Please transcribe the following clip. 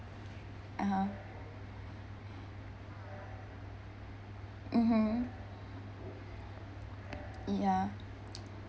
(uh huh) mmhmm ya